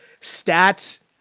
Stats